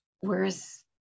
Whereas